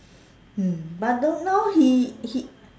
mm but the now he he